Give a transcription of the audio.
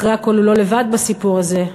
אחרי הכול הוא לא לבד בסיפור הזה.